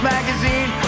Magazine